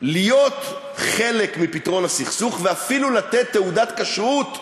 להיות חלק מפתרון הסכסוך, ואפילו לתת תעודת כשרות,